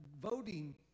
voting